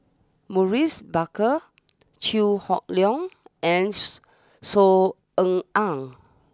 Maurice Baker Chew Hock Leong and Sue Saw Ean Ang